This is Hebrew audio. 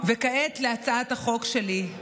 כעת להצעת החוק שלי.